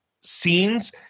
scenes